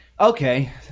Okay